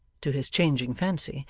to his changing fancy,